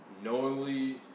knowingly